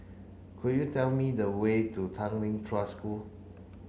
could you tell me the way to Tanglin Trust School